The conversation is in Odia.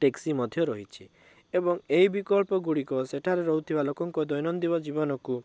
ଟ୍ୟାକ୍ସି ମଧ୍ୟ ରହିଛି ଏବଂ ଏହି ବିକଳ୍ପ ଗୁଡ଼ିକ ସେଠାରେ ରହୁଥୁବା ଲୋକଙ୍କ ଦୈନନ୍ଦୀନ ଜୀବନକୁ